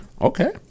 Okay